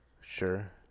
Sure